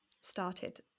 started